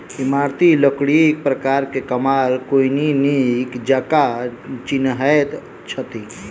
इमारती लकड़ीक प्रकार के कमार लोकनि नीक जकाँ चिन्हैत छथि